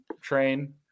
train